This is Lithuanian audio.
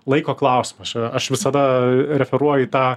laiko klausimas čia aš visada referuoju tą